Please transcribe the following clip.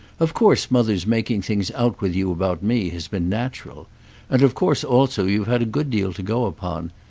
of course mother's making things out with you about me has been natural and of course also you've had a good deal to go upon.